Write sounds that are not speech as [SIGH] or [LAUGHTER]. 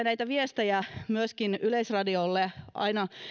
[UNINTELLIGIBLE] näitä viestejä myöskin yleisradiolle aina